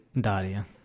Daria